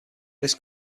this